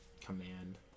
command